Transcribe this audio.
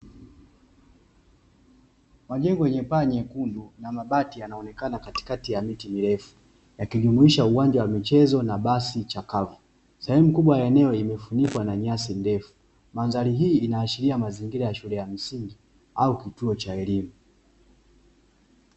Majengo yenye paa nyekundu na mabati yanaonekana katikati ya miti mirefu, yakijumuisha uwanja wa michezo na bati chakavu, sehemu kubwa ya eneo imefunikwa na nyasi ndefu, mandhari hii inaashiria mazingira ya shule ya msingi, au kituo cha elimu.